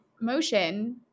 motion